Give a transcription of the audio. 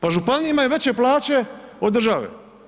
Pa županije imaju veće plaće od države.